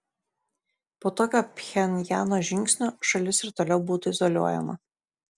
po tokio pchenjano žingsnio šalis ir toliau būtų izoliuojama